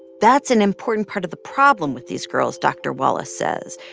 that's an important part of the problem with these girls, dr. wallace says.